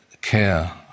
care